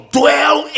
dwell